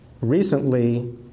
recently